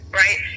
right